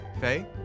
Faye